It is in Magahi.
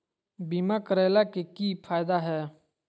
बीमा करैला के की फायदा है?